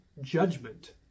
judgment